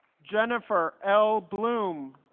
jennifer l. bloom